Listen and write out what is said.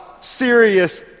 serious